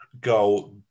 go